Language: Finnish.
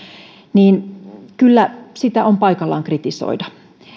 niin kyllä sitä on paikallaan kritisoida